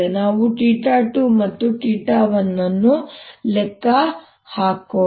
ನಾವು 2 ಮತ್ತು 1 ಅನ್ನು ಲೆಕ್ಕ ಹಾಕೋಣ